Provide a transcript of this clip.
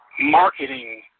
marketing